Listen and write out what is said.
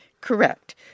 Correct